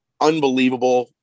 unbelievable